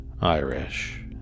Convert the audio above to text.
Irish